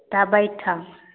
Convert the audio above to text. ता बैठब